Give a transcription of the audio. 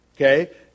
Okay